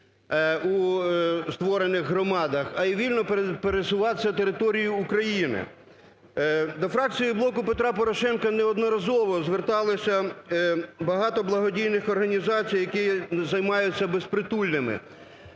у створених громадах, а й вільно пересуватися територією України. До фракції "Блоку Петра Порошенка" неодноразово звертались багато благодійних організацій, які займаються безпритульними.